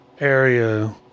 area